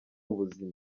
ubuzima